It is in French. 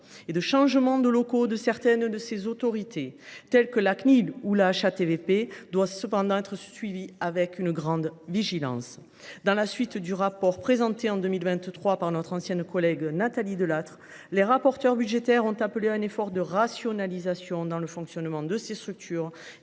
et le changement de locaux de certaines de ces autorités, telles que la Cnil ou la HATVP, doivent cependant être suivis avec vigilance. À la suite du rapport présenté en 2023 par notre ancienne collègue Nathalie Delattre, les rapporteurs budgétaires ont appelé à un effort de rationalisation du fonctionnement de ces structures